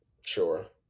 Sure